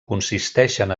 consisteixen